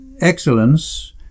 excellence